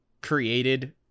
created